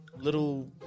little